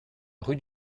rue